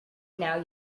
now